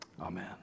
Amen